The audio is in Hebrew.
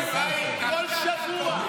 טייסים, כל שבוע.